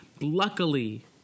Luckily